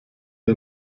der